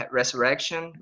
resurrection